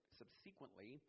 subsequently